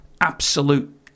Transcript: absolute